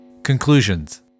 Conclusions